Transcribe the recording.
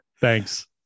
Thanks